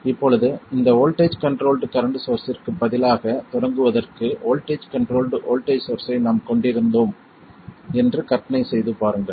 இப்போது இந்த voltage controlled current சோர்ஸ்ஸிற்குப் பதிலாக தொடங்குவதற்கு வோல்ட்டேஜ் கண்ட்ரோல்ட் வோல்ட்டேஜ் சோர்ஸ்ஸை நாம் கொண்டிருந்தோம் என்று கற்பனை செய்து பாருங்கள்